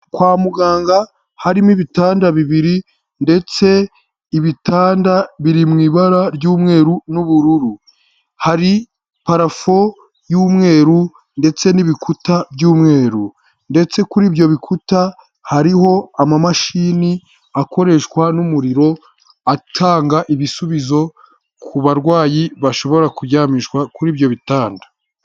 Kwa muganga harimo ibitanda bibiri ndetse ibitanda biri mu ibara ry'umweru n'ubururu, hari parafo y'umweru ndetse n'ibikuta by'umweru, ndetse kuri ibyo bikuta hariho ama mashini akoreshwa n'umuriro atanga ibisubizo ku barwayi bashobora kuryamishwa kuri ibyo bitanda.